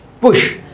push